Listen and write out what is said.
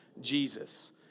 Jesus